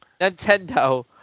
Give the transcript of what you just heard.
Nintendo